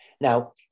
Now